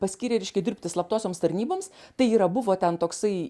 paskyrė reiškia dirbti slaptosioms tarnyboms tai yra buvo ten toksai